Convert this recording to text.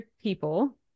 people